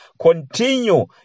continue